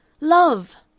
love!